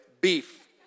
Beef